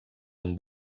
amb